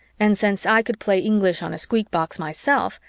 and since i could play english on a squeakbox myself,